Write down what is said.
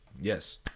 Yes